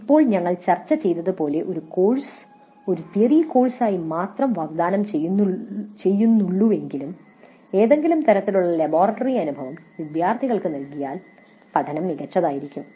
ഇപ്പോൾ ഞങ്ങൾ ചർച്ച ചെയ്തതുപോലെ ഒരു കോഴ്സ് ഒരു തിയറി കോഴ്സായി മാത്രമേ വാഗ്ദാനം ചെയ്യുന്നുള്ളൂവെങ്കിലും ഏതെങ്കിലും തരത്തിലുള്ള ലബോറട്ടറി അനുഭവം വിദ്യാർത്ഥികൾക്ക് നൽകിയാൽ പഠനം മികച്ചതായിരിക്കും